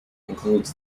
includes